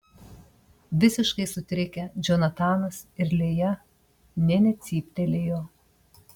visiškai sutrikę džonatanas ir lėja nė necyptelėjo